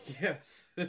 Yes